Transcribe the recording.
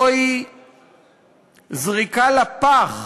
הוא זריקה לפח